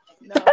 No